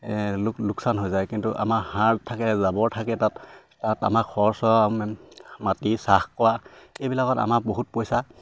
লোক লোকচান হৈ যায় কিন্তু আমাৰ সাৰ থাকে জাবৰ থাকে তাত তাত আমাৰ খৰচ মাটি চাহ কৰা এইবিলাকত আমাৰ বহুত পইচা